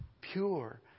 Pure